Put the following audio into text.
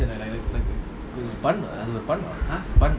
as in like like like பண்ணலாம்:pannalam